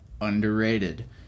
underrated